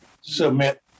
submit